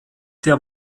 der